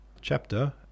Chapter